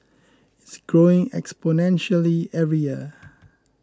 it's growing exponentially every year